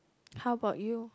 how about you